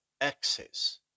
access